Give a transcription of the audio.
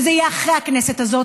וזה יהיה אחרי הכנסת הזאת,